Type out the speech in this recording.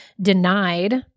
denied